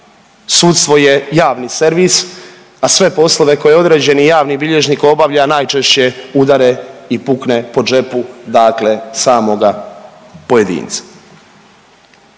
sudstvo je javni servis, a sve poslove koje određeni javni bilježnik obavlja najčešće i udare po džepu dakle samoga pojedinca.